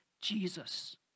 Jesus